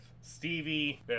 Stevie